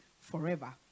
forever